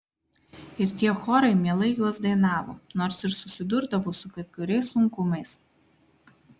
ir tie chorai mielai juos dainavo nors ir susidurdavo su kai kuriais sunkumais